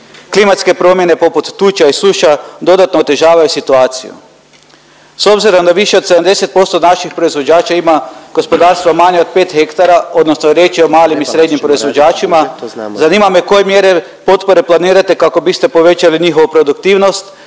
Klimatske promjene poput tuča i suša dodatno otežavaju situaciju. S obzirom da više od 70% naših proizvođača ima gospodarstvo manje od 5 hektara odnosno riječ je o malim i srednjim proizvođačima, zanima me koje mjere potpore planirate kako biste povećali njihovu produktivnost,